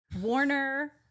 Warner